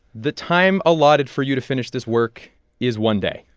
the time allotted for you to finish this work is one day.